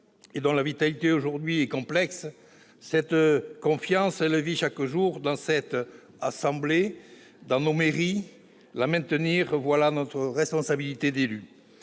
et dont la vitalité aujourd'hui est complexe. Cette confiance, elle vit chaque jour, dans cette assemblée, dans nos mairies ; la maintenir, voilà notre responsabilité d'élus